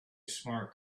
smart